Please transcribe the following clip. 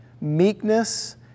meekness